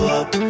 up